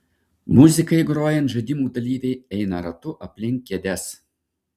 muzikai grojant žaidimo dalyviai eina ratu aplink kėdes